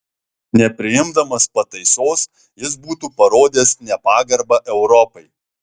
nepriimdamas pataisos jis būtų parodęs nepagarbą europai